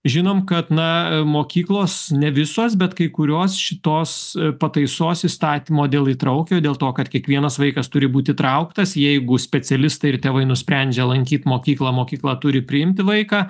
žinome kad na mokyklos ne visos bet kai kurios šitos pataisos įstatymo dėl įtraukio dėl to kad kiekvienas vaikas turi būt įtrauktas jeigu specialistai ir tėvai nusprendžia lankyt mokyklą mokykla turi priimti vaiką